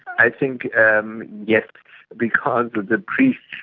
i think, um yes, because of the priests,